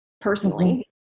personally